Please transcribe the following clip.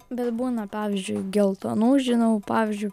bet būna pavyzdžiui geltonų žinau pavyzdžiui